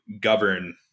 govern